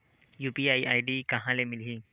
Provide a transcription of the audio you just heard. UPI ID कहां ले मिलही?